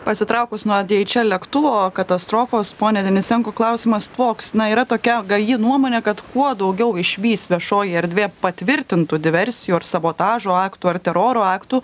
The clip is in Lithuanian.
pasitraukus nuo dieičel lėktuvo katastrofos pone denisenko klausimas toks na yra tokia gaji nuomonė kad kuo daugiau išvys viešoji erdvė patvirtintų diversijų ar sabotažo aktų ar teroro aktų